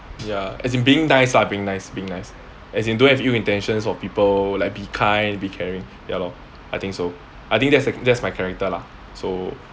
ya as in being nice lah being nice being nice as in don't have ill intentions of people like be kind be caring ya lor I think so I think that's that's my character lah so